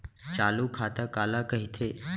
चालू खाता काला कहिथे?